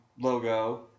logo